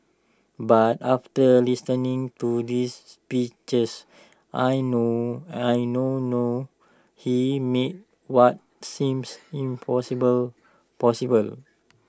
but after listening to this speeches I know I now know he made what seems impossible possible